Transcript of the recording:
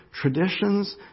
traditions